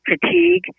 fatigue